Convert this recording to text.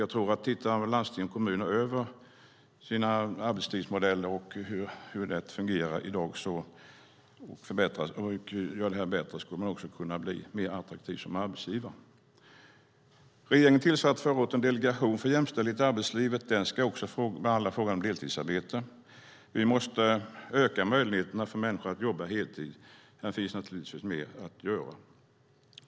Jag tror att om landsting och kommuner ser över hur arbetstidsmodellerna fungerar i dag och gör dem bättre kan de också bli mer attraktiva som arbetsgivare. Regeringen tillsatte förra året en delegation för jämställdhet i arbetslivet. Den ska också behandla frågan om deltidsarbete. Vi måste öka möjligheterna för människor att jobba heltid, och där finns naturligtvis mer att göra.